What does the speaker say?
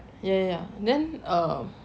ya ya then err